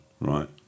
right